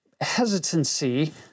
hesitancy